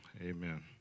Amen